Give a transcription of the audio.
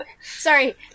Sorry